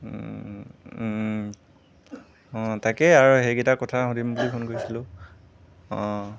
তাকে আৰু সেইকেইটা কথা সুধিম বুলি ফোন কৰিছিলো অঁ